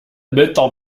mütter